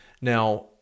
now